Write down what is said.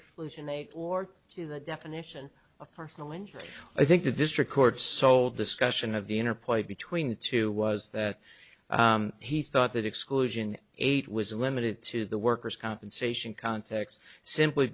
exclusion aid or to the definition of personal injury i think the district courts sole discussion of the interplay between the two was that he thought that exclusion eight was limited to the worker's compensation context simply